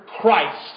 Christ